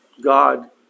god